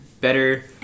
better